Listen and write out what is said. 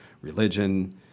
religion